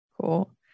Cool